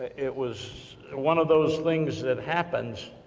it was one of those things that happens,